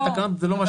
התקנות זה לא מה